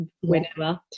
whenever